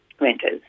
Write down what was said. renters